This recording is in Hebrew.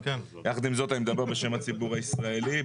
יחד עם זאת אני מדבר בשם הציבור הישראלי.